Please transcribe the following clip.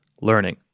learning